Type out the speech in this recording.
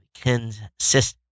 consistent